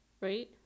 right